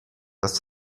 dass